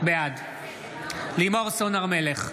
בעד לימור סון הר מלך,